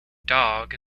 dog